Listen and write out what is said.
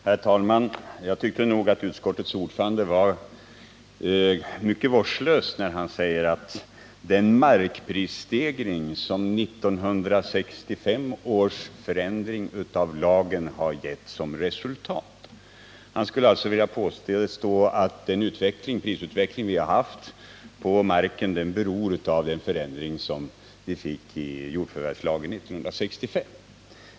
Herr talman! Jag tyckte att utskottets ordförande var mycket vårdslös när han talade om den markprisstegring som 1965 års förändring av lagen har gett som resultat. Han vill alltså påstå att prisutvecklingen på marken beror på den förändring i jordförvärvslagen som vi fick 1965.